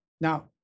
Now